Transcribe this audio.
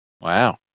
Wow